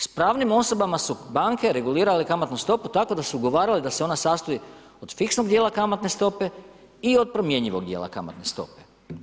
S pravnim osobama su banke regulirale kamatnu stopu tako da su ugovarale da se ona sastoji od fiksnog dijela kamatne stope i od promjenjivog dijela kamatne stope.